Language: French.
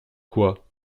quoi